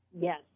Yes